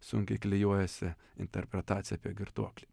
sunkiai klijuojasi interpretacija apie girtuoklį